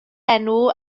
enw